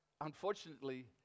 unfortunately